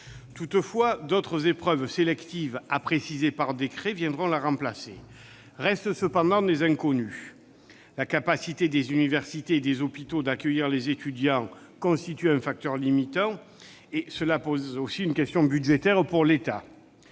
Toutefois, d'autres épreuves sélectives, à préciser par décret, remplaceront cette dernière. Restent cependant des inconnues : d'abord, la capacité des universités et des hôpitaux d'accueillir les étudiants constitue un facteur limitant et pose aussi une question budgétaire pour l'État